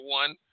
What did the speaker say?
one